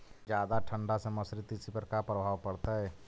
जादा ठंडा से मसुरी, तिसी पर का परभाव पड़तै?